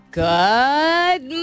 good